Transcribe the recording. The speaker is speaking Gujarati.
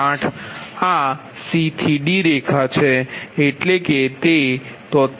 આ C થી D રેખા છે એટલે કે તે 73